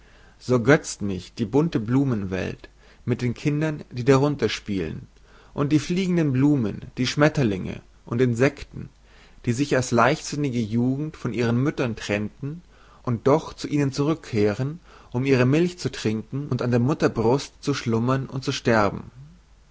so ergözt mich die bunte blumenwelt mit den kindern die darunter spielen und die fliegenden blumen die schmetterlinge und insekten die sich als leichtsinnige jugend von ihren müttern trennten und doch zu ihnen zurückkehren um ihre milch zu trinken und an der mutter brust zu schlummern und zu sterben